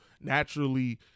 naturally